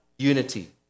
Unity